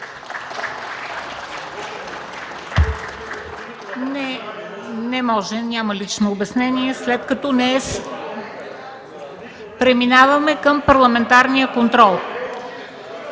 Не може, няма лично обяснение. (Реплики от КБ.) Преминаваме към парламентарния контрол.